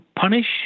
punish